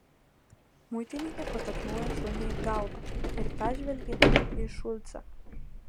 muitininkė patapšnojo šuniui galvą ir pažvelgė į šulcą